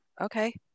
Okay